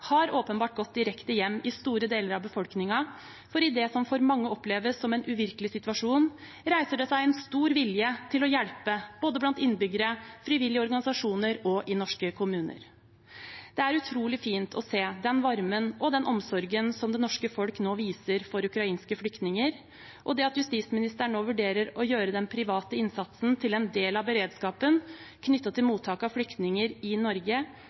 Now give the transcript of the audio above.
har åpenbart gått direkte hjem i store deler av befolkningen. I det som for mange oppleves som en uvirkelig situasjon, reiser det seg en stor vilje til å hjelpe blant både innbyggere og frivillige organisasjoner og i norske kommuner. Det er utrolig fint å se den varmen og omsorgen som det norske folk nå viser for ukrainske flyktninger. Det at justisministeren nå vurderer å gjøre den private innsatsen til en del av beredskapen knyttet til mottak av flyktninger i Norge,